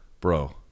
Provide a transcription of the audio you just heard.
Bro